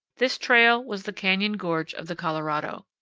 this trail was the canyon gorge of the colorado.